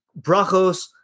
brachos